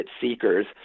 seekers